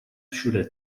všude